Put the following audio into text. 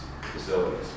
facilities